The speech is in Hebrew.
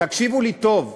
תקשיבו לי טוב.